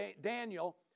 Daniel